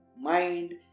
mind